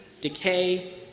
decay